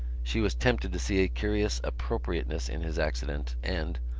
she was tempted to see a curious appropriateness in his accident and,